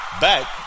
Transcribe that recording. back